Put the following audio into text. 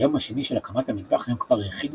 מהיום השני של הקמת המטבח הם כבר הכינו